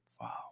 Wow